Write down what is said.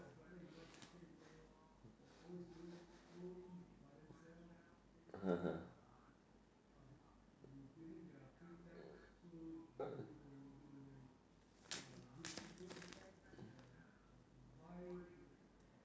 (uh huh)